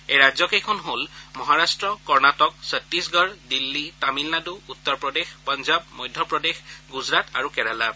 এই ৰাজ্য কেইখন হল মহাৰাট্ট কৰ্ণাটক ছত্তিশগড় দিল্লী তামিলনাডু উত্তৰপ্ৰদেশ পঞ্জাব মধ্যপ্ৰদেশ গুজৰাট আৰু কেৰালা